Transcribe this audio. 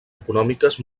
econòmiques